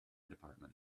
department